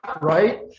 right